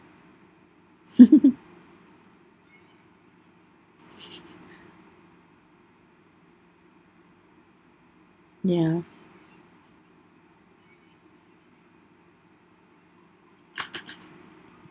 ya